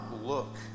look